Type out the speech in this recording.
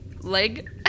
leg